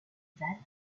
vannes